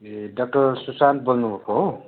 ए doctor Sushant बोल्नुभएको हो